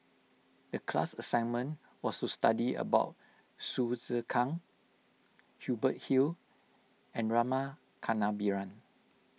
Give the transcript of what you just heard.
the class assignment was to study about Hsu Tse Kwang Hubert Hill and Rama Kannabiran